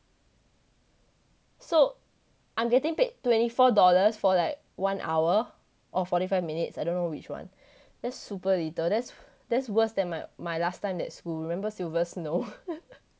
so I'm getting paid twenty four dollars for like one hour or forty five minutes I don't know which one that's super little that's that's worse than my my last time that school remember silver snow